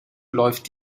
läuft